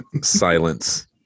silence